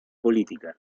política